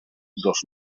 dos